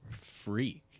freak